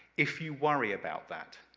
if you worry about that.